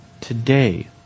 today